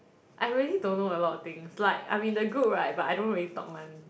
I really don't know a lot of things like I'm in the group right but I don't really talk [one]